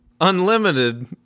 unlimited